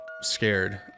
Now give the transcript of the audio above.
scared